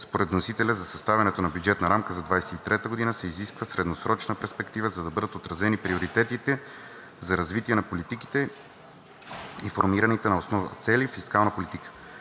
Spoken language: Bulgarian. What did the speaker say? според вносителя за съставянето на бюджетната рамка за 2023 г. се изисква средносрочна перспектива, за да бъдат отразени приоритетите за развитие на политиките и формираните на основа цели на фискалната политика.